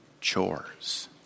chores